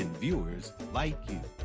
ah viewers like you.